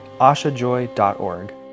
ashajoy.org